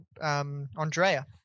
Andrea